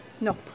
No